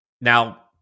Now